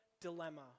dilemma